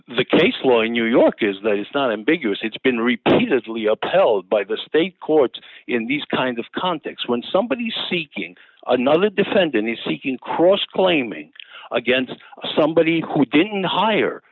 the case law in new york is that it's not ambiguous it's been repeatedly upheld by the state court in these kinds of conflicts when somebody seeking another defendant is seeking cross claiming against somebody who didn't hire